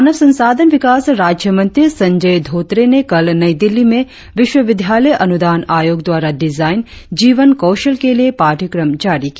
मानव संसाधन विकास राज्य मंत्री संजय धोत्रे ने कल नई दिल्ली में विश्वविद्यालय अनुदान आयोग द्वारा डिजाइन जीवन कौशल के लिए पाठ्यक्रम जारी किया